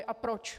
A proč?